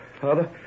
Father